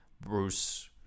Bruce